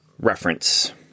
reference